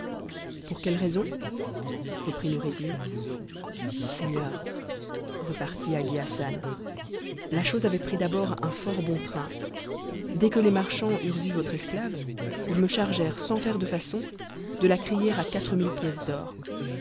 pour quelle raison reprit noureddin seigneur repartit hagi hassan la chose avait pris d'abord un fort bon train dès que les marchands eurent vu votre esclave ils me chargèrent sans faire de façon de la crier à quatre mille pièces d'or